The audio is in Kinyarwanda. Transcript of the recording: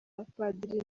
abapadiri